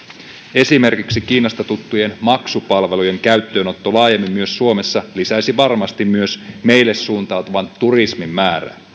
esimerkiksi kiinasta tuttujen maksupalvelujen käyttöönotto laajemmin myös suomessa lisäisi varmasti myös meille suuntautuvan turismin määrää